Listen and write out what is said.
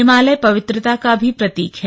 हिमालय पवित्रता का भी प्रतीक है